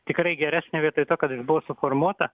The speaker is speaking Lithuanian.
tikrai geresnė vietoj to kad jis buvo suformuota